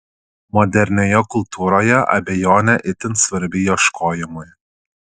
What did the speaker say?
modernioje kultūroje abejonė itin svarbi ieškojimui